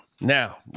Now